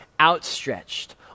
outstretched